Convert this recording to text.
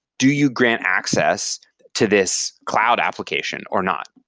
do you grant access to this cloud application or not?